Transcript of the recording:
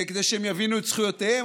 כדי שהם יבינו את זכויותיהם.